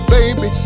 Baby